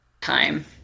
time